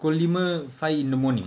pukul lima five in the morning